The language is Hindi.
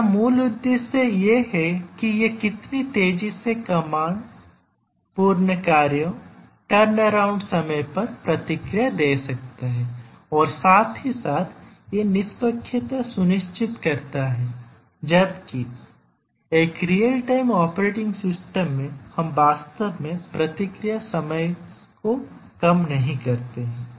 इसका मूल उद्देश्य यह है कि यह कितनी तेजी से कमांड पूर्ण कार्यों टर्न अराउंड समय पर प्रतिक्रिया दे सकता है और साथ ही साथ यह निष्पक्षता सुनिश्चित करता है जबकि एक रियल टाइम ऑपरेटिंग सिस्टम में हम वास्तव में प्रतिक्रिया समय को कम नहीं करते हैं